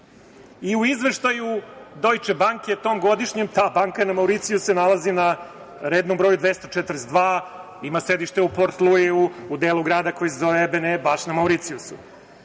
izveštaju „Dojče banke“ u tom godišnjem, ta banka na Mauricijusu se nalazi na rednom broju 242, ima sedište u Port Luiju, u delu grada koji se zove Ebene baš na Mauricijusu.